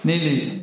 תני לי.